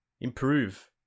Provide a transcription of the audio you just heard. improve